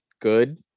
good